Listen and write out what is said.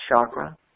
chakra